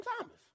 Thomas